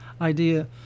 idea